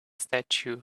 statue